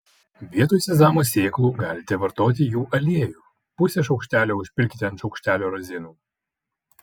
vietoj sezamo sėklų galite vartoti jų aliejų pusę šaukštelio užpilkite ant šaukštelio razinų